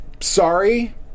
sorry